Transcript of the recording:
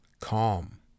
calm